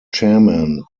chairman